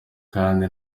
kandi